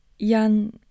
Jan